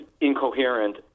incoherent